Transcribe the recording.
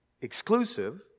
exclusive